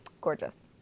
Gorgeous